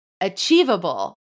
achievable